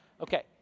okay